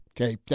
Okay